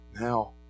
Now